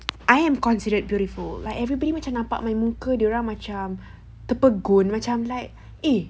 I am considered beautiful like everybody macam nampak my muka dia orang macam terpegun macam like eh